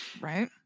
Right